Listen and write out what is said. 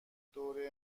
دوره